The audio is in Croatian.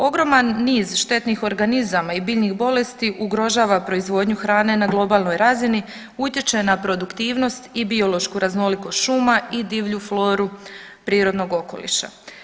Ogroman niz štetnih organizama i biljnih bolesti ugrožava proizvodnju hrane na globalnoj razini, utječe na produktivnost i biološku raznolikost šuma i divlju floru prirodnog okoliša.